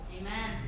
Amen